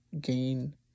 gain